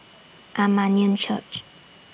Armenian Church